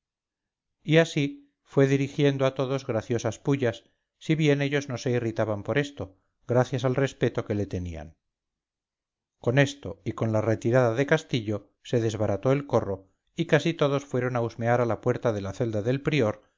y así fue dirigiendo a todos graciosas pullas si bien ellos no se irritaban por esto gracias al respeto que le tenían con esto y con la retirada de castillo se desbarató el corro y casi todos fueron a husmear a la puerta de la celda del prior